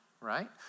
right